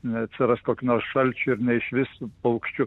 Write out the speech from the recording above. neatsiras kokių nors šalčių ir ne išvis paukščių